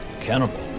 Cannibal